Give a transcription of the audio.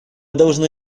должны